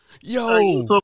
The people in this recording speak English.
yo